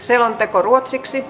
selonteko ruotsiksi